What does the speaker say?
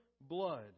blood